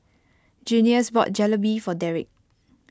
Junius bought Jalebi for Derick